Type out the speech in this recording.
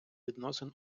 відносин